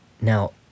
Now